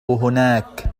هناك